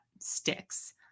sticks